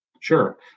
Sure